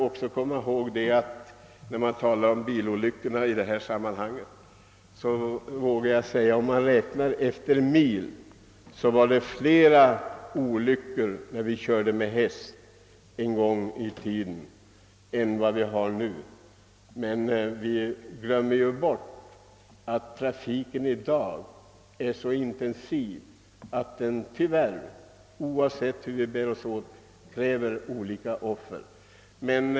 Om man räknar efter antalet körda mil, vågar jag säga att det förekom flera olyckor när man körde med hästar en gång i tiden än nu. I dag glömmer vi lätt att dagens trafik är så intensiv, att den tyvärr, hur vi än bär oss åt, kräver offer.